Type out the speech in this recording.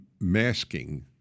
masking